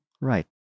Right